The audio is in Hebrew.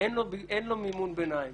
שאין לו מימון ביניים.